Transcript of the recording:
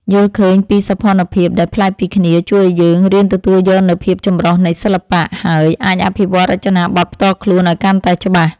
យល់ឃើញពីសោភ័ណភាពដែលប្លែកពីគ្នាជួយឱ្យយើងរៀនទទួលយកនូវភាពចម្រុះនៃសិល្បៈ ហើយ អាចអភិវឌ្ឍរចនាបថផ្ទាល់ខ្លួនឱ្យកាន់តែច្បាស់។